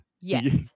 Yes